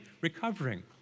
recovering